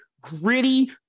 Gritty